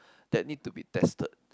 that need to be tested